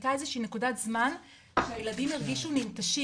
הייתה איזה שהיא נקודת זמן שהילדים הרגישו ננטשים,